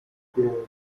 pięć